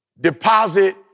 deposit